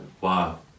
Wow